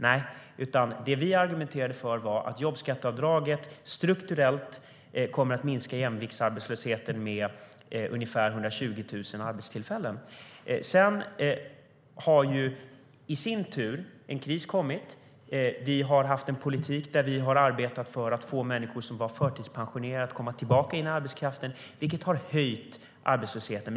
Nej, det vi argumenterade för var att jobbskatteavdraget strukturellt skulle minska jämviktsarbetslösheten med ungefär 120 000 arbetstillfällen. Det har tillkommit en kris. Vi har haft en politik där vi har arbetat för att få förtidspensionerade människor att komma tillbaka in i arbetskraften, vilket har höjt arbetslösheten.